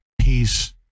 peace